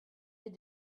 les